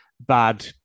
bad